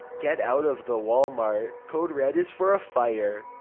get out of the walmart. code red is for a fire.